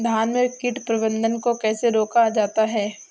धान में कीट प्रबंधन को कैसे रोका जाता है?